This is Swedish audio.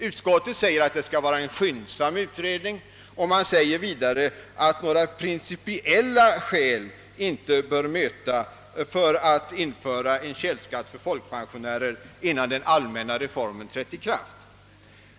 Utskottet säger att utredningen bör bedrivas skyndsamt och att några principiella hinder inte bör möta för att införa en källskatt för folkpensionärer innan den allmänna reformen trätt i kraft.